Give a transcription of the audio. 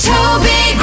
Toby